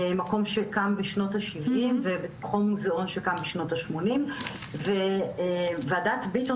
מקום שקם בשנות 70 ועוד מוזיאון שקם בשנות 80 וועדת ביטון